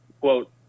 quote